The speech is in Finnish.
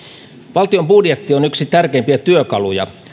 valtion budjetti on yksi tärkeimpiä työkaluja